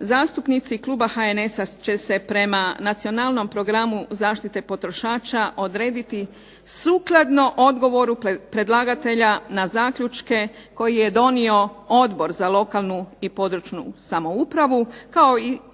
zastupnici kluba HNS-a će se prema Nacionalnom programu zaštite potrošača odrediti sukladno odgovoru predlagatelja na zaključke koji je donio Odbor za lokalnu i područnu samoupravu kao i